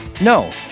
No